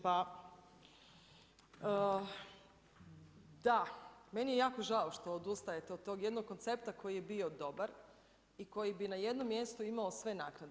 Pa da, meni je jako žao što odustajete od tog jednog koncepta koji je bio dobar i koji bi na jednom mjestu imao sve naknade.